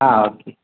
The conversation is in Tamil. ஆ ஓகே